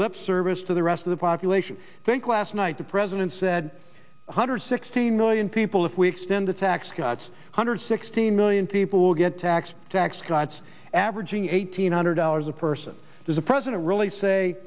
lip service to the rest of the population i think last night the president said one hundred sixteen million people if we extend the tax cuts hundred sixteen million people who get tax tax cuts averaging eight hundred dollars a person does the president really say